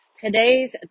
today's